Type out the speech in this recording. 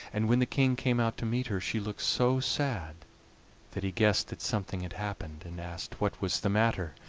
and when the king came out to meet her she looked so sad that he guessed that something had happened, and asked what was the matter.